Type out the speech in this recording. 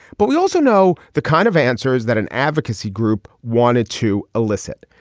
but we also know the kind of answers that an advocacy group wanted to elicit.